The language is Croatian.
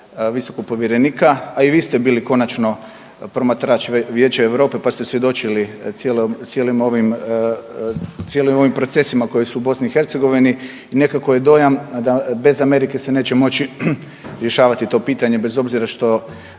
visokog povjerenika, a i vi ste bili konačno promatrač Vijeća Europe pa ste svjedočili cijelim ovim procesima koji su u BiH i nekako je dojam da bez Amerike se neće moći rješavati to pitanje, bez obzira što